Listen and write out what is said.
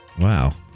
Wow